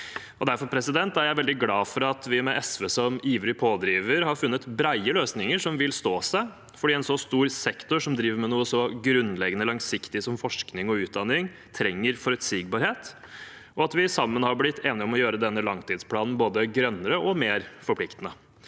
Derfor er jeg veldig glad for at vi, med SV som ivrig pådriver, har funnet brede løsninger som vil stå seg, fordi en så stor sektor som driver med noe så grunnleggende langsiktig som forskning og utdanning, trenger forutsigbarhet og at vi sammen har blitt enige om å gjøre denne langtidsplanen både grønnere og mer forpliktende.